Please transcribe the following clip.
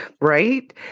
right